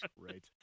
Right